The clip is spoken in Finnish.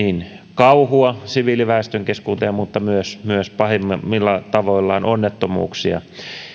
kauhua siviiliväestön keskuuteen mutta myös myös pahimmilla tavoillaan onnettomuuksia